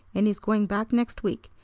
and he's going back next week.